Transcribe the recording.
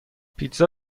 پیتزا